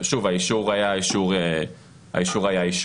האישור היה אישור חריג,